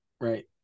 Right